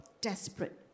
desperate